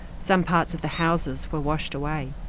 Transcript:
some parts of the houses were washed away.